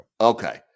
Okay